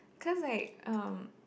because like um